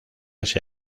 ese